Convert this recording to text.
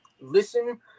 listen